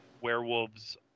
werewolves